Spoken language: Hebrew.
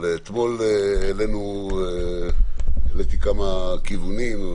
אבל אתמול העליתי כמה כיוונים.